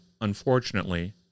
unfortunately